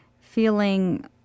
feeling